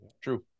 True